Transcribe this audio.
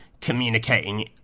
communicating